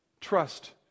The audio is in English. trust